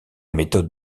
méthode